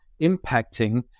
impacting